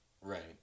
Right